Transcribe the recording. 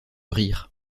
rire